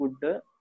good